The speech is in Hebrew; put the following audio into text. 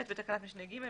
בתקנת משנה (ג),